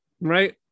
right